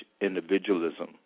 individualism